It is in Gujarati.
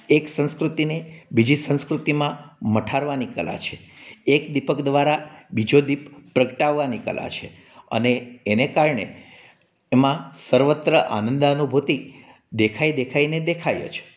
એક સંસ્કૃતિને બીજી સંસ્કૃતિમાં મઠારવાની કલા છે એક દિપક દ્બારા બીજો દીપ પ્રગટાવવાની કલા છે અને એને કારણે એમાં સર્વત્ર આનંદાનુભુતી દેખાય દેખાય ને દેખાય જ